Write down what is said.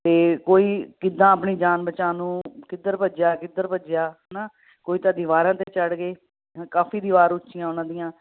ਅਤੇ ਕੋਈ ਕਿੱਦਾਂ ਆਪਣੀ ਜਾਨ ਬਚਾਉਣ ਨੂੰ ਕਿੱਧਰ ਭੱਜਿਆ ਕਿੱਧਰ ਭੱਜਿਆ ਹੈ ਨਾ ਕੋਈ ਤਾਂ ਦੀਵਾਰਾਂ 'ਤੇ ਚੜ ਗਏ ਕਾਫੀ ਦੀਵਾਰ ਉੱਚੀਆਂ ਉਹਨਾਂ ਦੀਆਂ